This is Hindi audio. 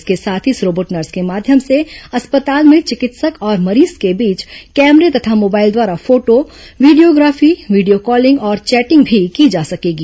इसके साथ ही इस रोबोट नर्स के माध्यम से अस्पताल में चिकित्सक और मरीज के बीच कैमरे तथा मोबाइल द्वारा फोटो वीडियोग्राफी वीडियो कॉलिंग और चैटिंग भी की जा सकेगी